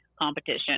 competition